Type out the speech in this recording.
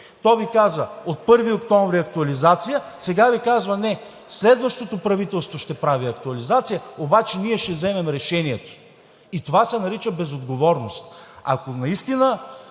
актуализация от 1 октомври, а сега Ви казва: не, следващото правителство ще прави актуализация, обаче ние ще вземем решението. Това се нарича безотговорност. Ако наистина